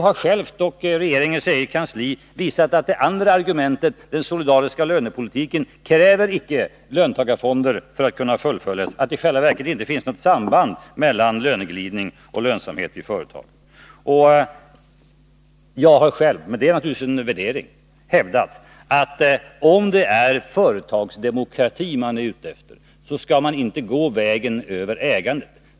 LO självt och regeringens eget kansli har visat att den solidariska lönepolitiken icke kräver löntagarfonder för att kunna fullföljas och att det i själva verket inte finns något samband mellan löneglidning och lönsamhet i företagen. Det var det andra argumentet. Jag har själv hävdat — det är naturligtvis en värdering — att om det är företagsdemokrati man är ute efter, skall man inte gå vägen över ägandet.